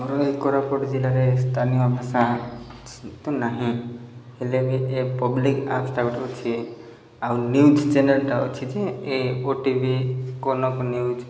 ଆମର ଏ କୋରାପୁଟ ଜିଲ୍ଲାରେ ସ୍ଥାନୀୟ ଭାଷା ତ ନାହିଁ ହେଲେ ବି ଏ ପବ୍ଲିକ୍ ଆପ୍ସଟା ଗୋଟେ ଅଛି ଆଉ ନ୍ୟୁଜ୍ ଚ୍ୟାନେଲ୍ଟା ଅଛି ଯେ ଏ O T V Kanak news